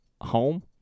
Home